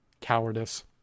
cowardice